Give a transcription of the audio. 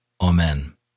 Amen